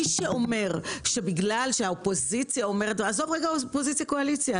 מי שאומר שבגלל שהאופוזיציה אומרת - עזוב אופוזיציה-קואליציה.